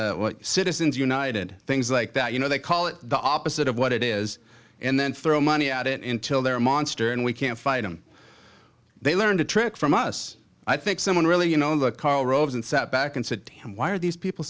the citizens united things like that you know they call it the opposite of what it is and then throw money at it intil their monster and we can't fight them they learned a trick from us i think someone really you know the karl roves and sat back and said to him why are these people